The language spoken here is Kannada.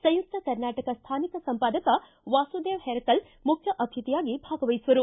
ಸಂಯುಕ್ತ ಕರ್ನಾಟಕ ಸ್ಥಾನಿಕ ಸಂಪಾದಕ ವಾಸುದೆವ ಹೆರಕಲ್ ಮುಖ್ಯ ಅತಿಥಿಯಾಗಿ ಭಾಗವಹಿಸುವರು